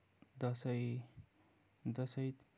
Dashain Dashain